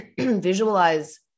visualize